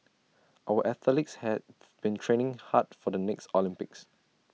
our athletes have been training hard for the next Olympics